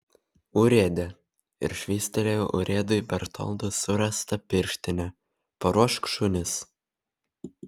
urėde ir švystelėjo urėdui bertoldo surastą pirštinę paruošk šunis